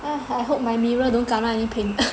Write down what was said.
I hope my mirror door don't kena any paint